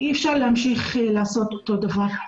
אי אפשר להמשיך לעשות אותו דבר.